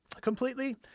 completely